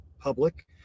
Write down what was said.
public